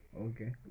okay